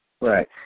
Right